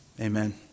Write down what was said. Amen